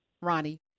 Ronnie